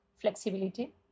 flexibility